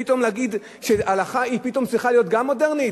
פתאום להגיד שההלכה פתאום צריכה להיות גם מודרנית?